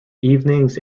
evenings